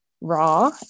raw